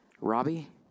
Robbie